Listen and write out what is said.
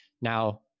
Now